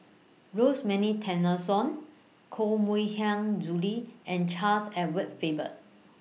Rosemary Tessensohn Koh Mui Hiang Julie and Charles Edward Faber